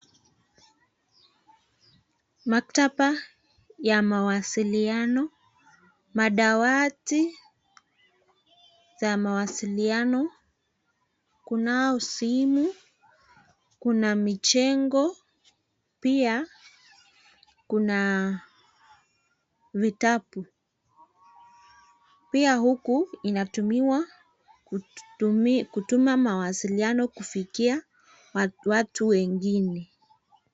Maktaba ya mawasiliano, madawati ya mawasiliano, kunao simu ,kuna mijengo ,pia, kuna vitabu. Pia huku, inatumiwa kutuma mawasiliano kufikia watu wengine